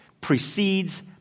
precedes